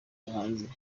bahanzi